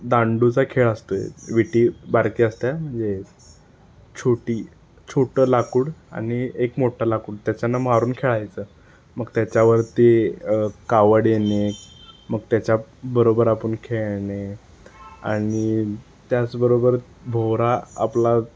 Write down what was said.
दांडूचा खेळ असतोय विटी बारकी असते म्हणजे छोटी छोटं लाकूड आणि एक मोठा लाकूड त्याच्यानं मारून खेळायचं मग त्याच्यावरती कावडीने मग त्याच्याबरोबर आपण खेळणे आणि त्याचबरोबर भोवरा आपला